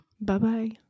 Bye-bye